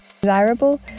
desirable